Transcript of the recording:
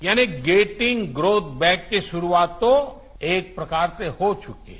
यानि गेंटिंग growth back की शुरूआत तो एक प्रकार से हो चुकी है